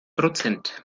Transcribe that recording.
prozent